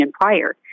prior